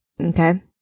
Okay